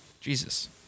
Jesus